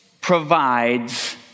provides